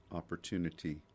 opportunity